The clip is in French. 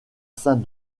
saint